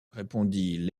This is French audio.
répondit